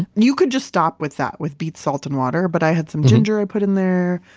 you could just stop with that, with beet, salt and water. but i had some ginger i put in there.